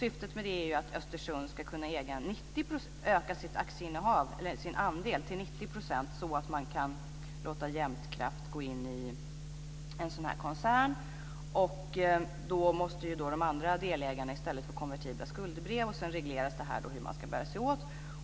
Syftet med det är att Östersund ska kunna öka sin andel till 90 %, så att man kan låta Jämtkraft gå in i en koncern. Då måste de andra delägarna i stället få konvertibla skuldebrev. Sedan regleras detta.